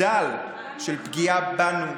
בדל של פגיעה בנו,